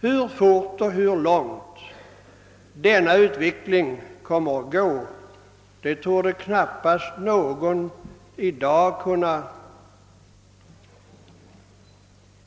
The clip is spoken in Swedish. Hur fort och hur långt denna utveckling kommer att gå torde knappast någon i dag kunna